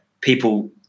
people